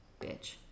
Bitch